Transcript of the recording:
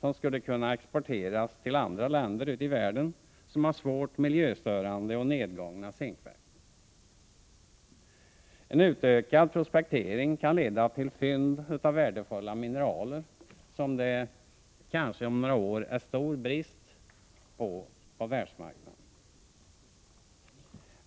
som skulle kunna exporteras till andra länder ute i världen som har svårt miljöstörande och nedgånga zinkverk. En utökad prospektering kan leda till fynd av värdefulla mineraler, som det om några år kanske är stor brist på på världsmarknaden.